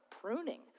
pruning